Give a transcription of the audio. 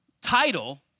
title